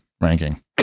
ranking